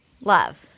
Love